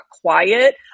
quiet